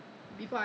ah